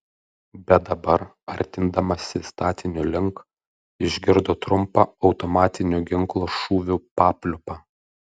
bet dabar artindamasi statinio link išgirdo trumpą automatinio ginklo šūvių papliūpą